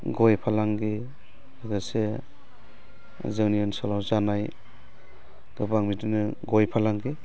गय फालांगि लोगोसे जोंनि ओनसोलाव जानाय गोबां बिदिनो गय फालांगि